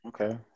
Okay